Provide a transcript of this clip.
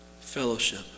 Fellowship